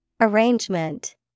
Arrangement